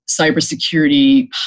cybersecurity